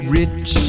rich